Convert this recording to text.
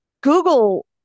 Google